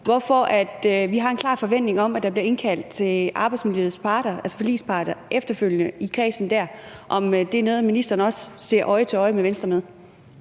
hvorfor vi har en klar forventning om, at arbejdsmiljøets parter, altså forligsparter, efterfølgende bliver indkaldt i kredsen dér. Er det noget, ministeren også ser øje til øje med Venstre på?